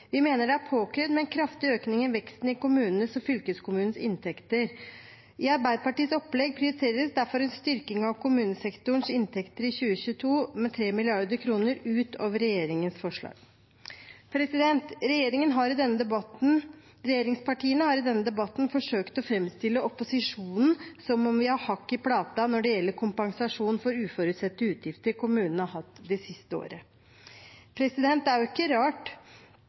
veksten i kommunenes og fylkeskommunenes inntekter. I Arbeiderpartiets opplegg prioriteres derfor en styrking av kommunesektorens inntekter i 2022 med 3 mrd. kr utover regjeringens forslag. Regjeringspartiene har i denne debatten forsøkt å framstille opposisjonen som om vi har hakk i plata når det gjelder kompensasjon for uforutsette utgifter som kommunene har hatt det siste året. Det er jo ikke rart